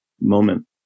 moment